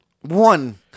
One